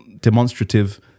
demonstrative